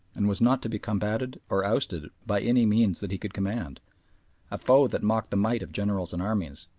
and was not to be combated or ousted by any means that he could command a foe that mocked the might of generals and armies,